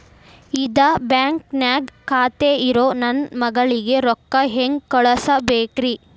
ಇದ ಬ್ಯಾಂಕ್ ನ್ಯಾಗ್ ಖಾತೆ ಇರೋ ನನ್ನ ಮಗಳಿಗೆ ರೊಕ್ಕ ಹೆಂಗ್ ಕಳಸಬೇಕ್ರಿ?